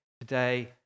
today